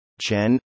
Chen